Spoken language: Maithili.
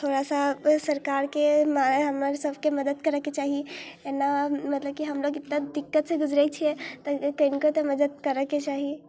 थोड़ा सा सरकारके हमरसबके मदति करैके चाही एना मतलब कि हमलोक एतना दिक्कतसँ गुजरै छिए तऽ कनिको तऽ मदति करैके चाही